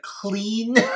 clean